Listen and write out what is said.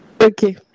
Okay